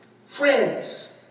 Friends